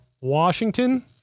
Washington